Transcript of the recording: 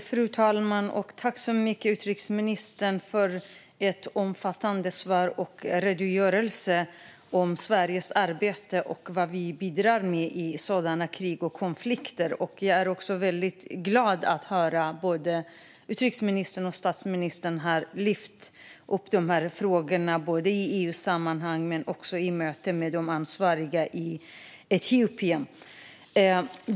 Fru talman! Tack så mycket, utrikesministern, för ett omfattande svar och en redogörelse för Sveriges arbete och vad vi bidrar med i sådana här krig och konflikter! Jag är väldigt glad att höra att både utrikesministern och statsministern har lyft upp de här frågorna i både EU-sammanhang och möte med de ansvariga i Etiopien.